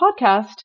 podcast